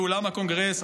לאולם הקונגרס,